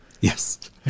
Yes